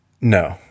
No